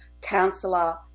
counselor